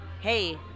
Hey